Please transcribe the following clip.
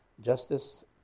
justice